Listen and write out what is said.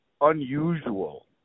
unusual